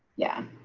yeah.